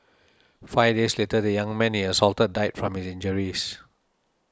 five days later the young man he assaulted died from injuries